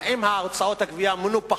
האם הוצאות הגבייה מנופחות?